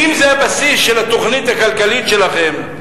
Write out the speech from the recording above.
אם זה הבסיס של התוכנית הכלכלית שלכם,